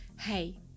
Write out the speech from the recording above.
Hey